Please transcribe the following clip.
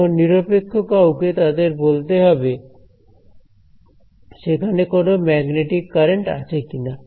এখন নিরপেক্ষ কাউকে তাদের বলতে হবে সেখানে কোন ম্যাগনেটিক কারেন্ট আছে কিনা